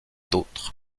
d’autres